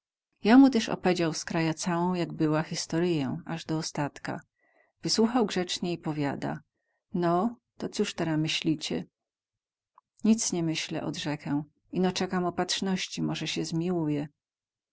ja mu tyz opedział z kraja całą jak była historyję az do ostatka wysłuchał grzecnie i powiada no to coz teraz myślicie nic nie myślę odrzekę ino cekam opatrzności moze sie